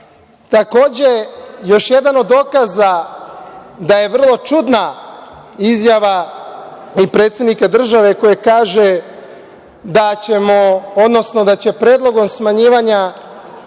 stvar. Takođe, još jedan od dokaza da je vrlo čudna izjava i predsednika države, koja kaže da će predlogom smanjivanja